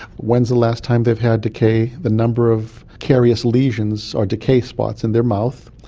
when's the last time they've had decay, the number of carious lesions or decay spots in their mouth,